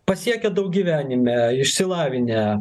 pasiekę daug gyvenime išsilavinę